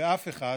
ואף אחד